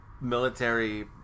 military